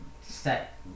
set